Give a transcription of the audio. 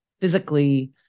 physically